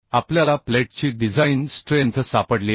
आपल्याला प्लेटची design strength सापडली आहे